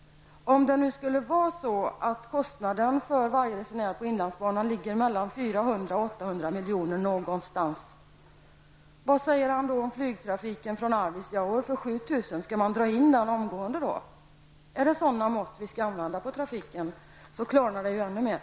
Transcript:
Om kostnaden för varje resenär ligger mellan 400--800 kr., vad säger Birger Rosqvist då om flygtrafiken från Arvidsjaur på 7 000? skall man dra in den omgående? Är det sådana mått vi skall använda på trafiken så klarnar det ju ännu mera.